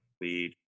lead